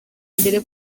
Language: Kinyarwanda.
mbere